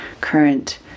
current